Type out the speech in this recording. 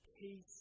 Peace